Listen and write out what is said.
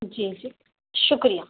جی جی شکریہ